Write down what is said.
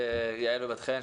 יעל ובת חן,